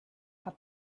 had